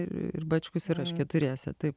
ir bačkus ir aš keturiese taip